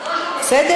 מה, בסדר,